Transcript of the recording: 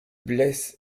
blesse